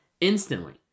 instantly